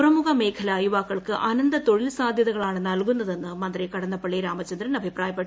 തുറമുഖ മേഖല യുവാക്കൾക്ക് അനന്ത തൊഴിൽ സാധ്യതകളാണ് നൽകുന്നതെന്ന് മന്ത്രി കടന്നപള്ളി രാമചന്ദ്രൻ അഭിപ്രായപ്പെട്ടു